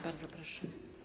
Bardzo proszę.